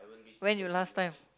when you last time